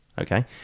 Okay